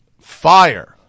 Fire